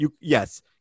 Yes